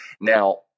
now